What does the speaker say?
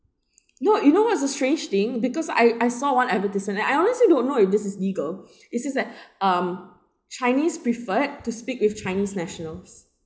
no you know what's the strange thing because I I saw one advertisement and I honestly don't know if this is legal it says that um chinese preferred to speak with chinese nationals